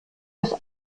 des